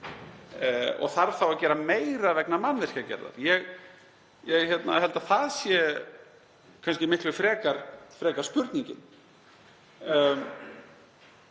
Þarf þá að gera meira vegna mannvirkjagerðar? Ég held að það sé kannski miklu frekar spurningin